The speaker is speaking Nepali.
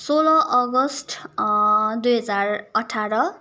सोह्र अगस्त दुई हजार अठार